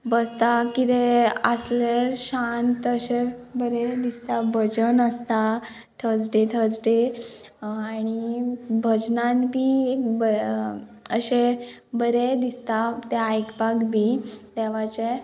बसता कितें आसले शांत अशें बरें दिसता भजन आसता थर्जडे थर्जडे आणी भजनान बी एक अशें बरें दिसता तें आयकपाक बी देवाचें